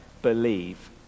believe